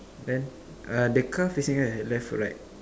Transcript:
then uh the car facing where left or right